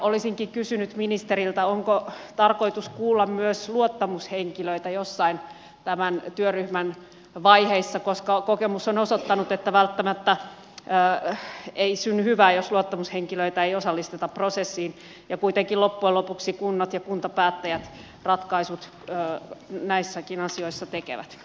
olisinkin kysynyt ministeriltä onko tarkoitus kuulla myös luottamushenkilöitä jossain tämän työryhmän vaiheessa koska kokemus on osoittanut että välttämättä ei synny hyvää jos luottamushenkilöitä ei osallisteta prosessiin ja kuitenkin loppujen lopuksi kunnat ja kuntapäättäjät ratkaisut näissäkin asioissa tekevät